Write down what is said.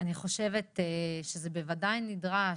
אני חושבת שזה בוודאי נדרש,